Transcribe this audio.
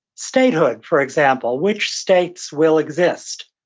statehood, for example, which states will exist.